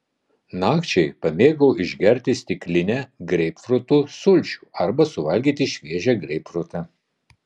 nakčiai pamėgau išgerti stiklinę greipfrutų sulčių arba suvalgyti šviežią greipfrutą